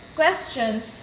questions